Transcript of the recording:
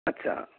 আচ্ছা